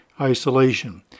isolation